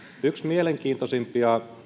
yksi mielenkiintoisimpia